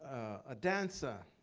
a dancer,